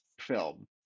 film